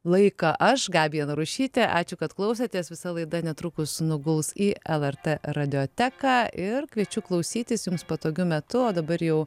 laiką aš gabija narušytė ačiū kad klausėtės visa laida netrukus nuguls į lrt radijo teką ir kviečiu klausytis jums patogiu metu o dabar jau